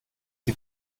die